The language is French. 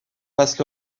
passent